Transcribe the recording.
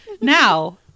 Now